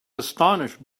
astonished